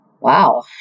Wow